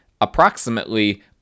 approximately